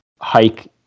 hike